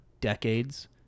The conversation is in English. decades